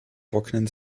trocknen